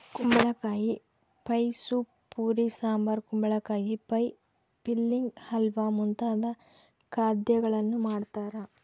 ಕುಂಬಳಕಾಯಿ pie soup puree sambar ಕುಂಬಳಕಾಯಿ pie filling halwa ಮುಂತಾದ ಖಾದ್ಯಗಳನ್ನು ಮಾಡ್ತಾರ